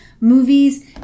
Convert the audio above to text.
movies